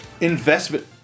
Investment